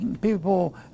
people